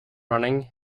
running